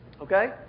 Okay